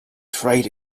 trade